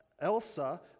Elsa